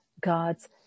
God's